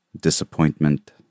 Disappointment